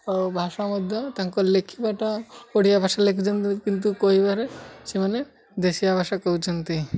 ଆଉ ଭାଷା ମଧ୍ୟ ତାଙ୍କ ଲେଖିବାଟା ଓଡ଼ିଆ ଭାଷା ଲେଖିଛନ୍ତି କିନ୍ତୁ କହିବାରେ ସେମାନେ ଦେଶୀୟା ଭାଷା କହୁଛନ୍ତି